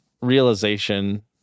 realization